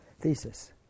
thesis